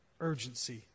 urgency